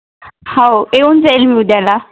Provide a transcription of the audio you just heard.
हो येऊन जाईल मी उद्याला